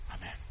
Amen